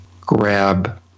grab